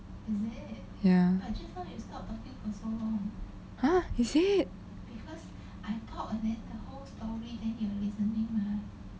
ya !huh! is it